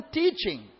teaching